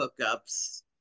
hookups